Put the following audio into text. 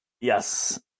Yes